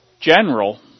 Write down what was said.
General